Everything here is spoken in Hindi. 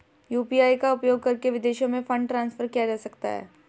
यू.पी.आई का उपयोग करके विदेशों में फंड ट्रांसफर किया जा सकता है?